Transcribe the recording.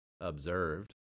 observed